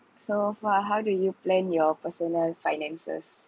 so far how do you plan your personal finances